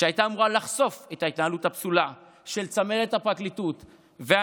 שהייתה אמורה לחשוף את ההתנהלות הפסולה של צמרת הפרקליטות והמשטרה,